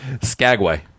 Skagway